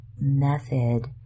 method